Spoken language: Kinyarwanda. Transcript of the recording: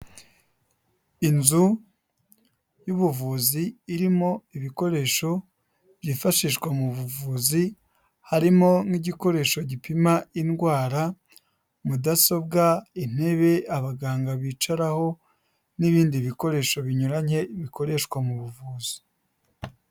Inzu y'ubuvuzi irimo ibikoresho byifashishwa mu buvuzi, harimo nk'igikoresho gipima indwara, mudasobwa, intebe abaganga bicaraho n'ibindi bikoresho binyuranye bikoreshwa mu buvuzi.